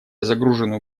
загруженную